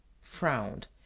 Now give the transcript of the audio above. frowned